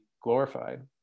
glorified